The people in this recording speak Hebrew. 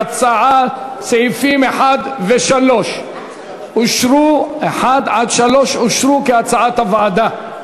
סעיפים 1 3 אושרו, כהצעת הוועדה.